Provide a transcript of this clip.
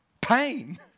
pain